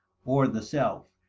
or the self,